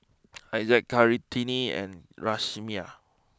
Ishak Kartini and Raisya